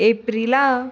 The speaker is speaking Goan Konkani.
एप्रिला